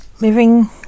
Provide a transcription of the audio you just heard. living